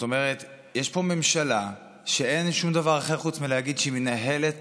שאין שום דבר אחר חוץ מלהגיד שהיא מנהלת